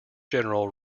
general